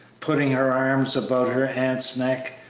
putting her arms about her aunt's neck,